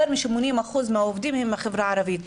יותר מ-80% מהעובדים הם מהחברה הערבית.